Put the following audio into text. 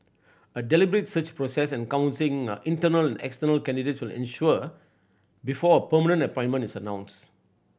a deliberate search process encompassing internal external candidates will ensue before a permanent appointment is announced